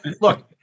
look